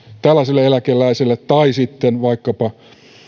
tällaiselle eläkeläiselle tai sitten vaikkapa